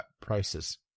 prices